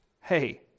Hey